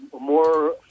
more